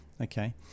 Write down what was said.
Okay